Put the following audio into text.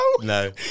No